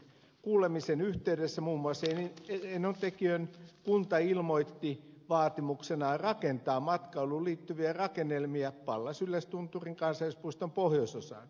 kuulemisen yhteydessä muun muassa enontekiön kunta ilmoitti vaatimuksenaan rakentaa matkailuun liittyviä rakennelmia pallas yllästunturin kansallispuiston pohjoisosaan